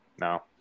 No